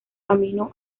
camino